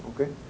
okay